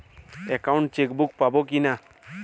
Account chequebook পাবো কি না?